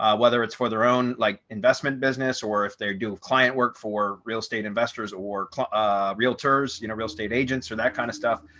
ah whether it's for their own like investment business, or if they're doing client work for real estate investors or ah realtors, you know, real estate agents or that kind of stuff.